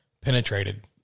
penetrated